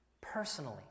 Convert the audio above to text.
personally